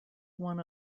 one